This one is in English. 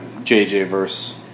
JJ-verse